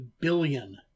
billion